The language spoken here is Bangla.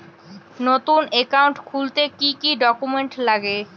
নতুন একাউন্ট খুলতে কি কি ডকুমেন্ট লাগে?